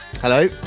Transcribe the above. Hello